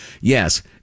Yes